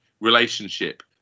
relationship